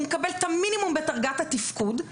הוא מקבל את המינימום בדרגת התפקוד,